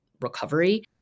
recovery